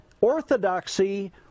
orthodoxy